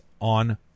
on